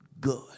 good